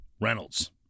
Reynolds